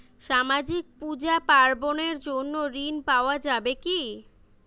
সামাজিক পূজা পার্বণ এর জন্য ঋণ পাওয়া যাবে কি?